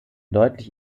deutlich